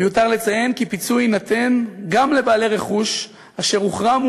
מיותר לציין כי פיצוי יינתן גם לבעלי רכוש אשר הוחרם,